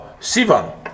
Sivan